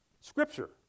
Scripture